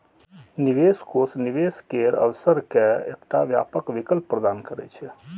निवेश कोष निवेश केर अवसर के एकटा व्यापक विकल्प प्रदान करै छै